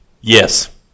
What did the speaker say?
yes